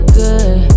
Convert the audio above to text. good